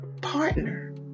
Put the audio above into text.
partner